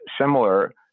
similar